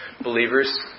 Believers